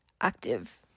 active